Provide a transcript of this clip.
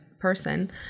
person